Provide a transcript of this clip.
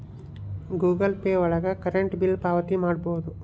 Google Pay ಒಳಗ current bill ಪಾವತಿ ಮಾಡ್ಬೋದು